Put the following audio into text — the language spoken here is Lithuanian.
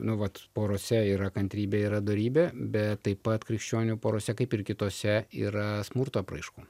nu vat porose yra kantrybė yra dorybė bet taip pat krikščionių porose kaip ir kitose yra smurto apraiškų